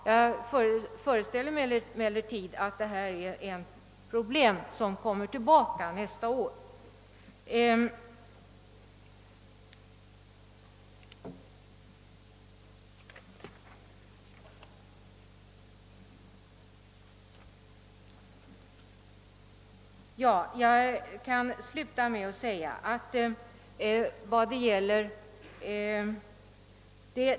Jag föreställer mig emellertid att detta problem kommer tillbaka nästa år.